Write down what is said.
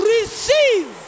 Receive